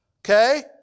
Okay